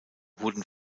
wurden